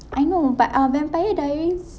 I know but uh vampire diaries